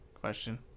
question